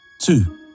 Two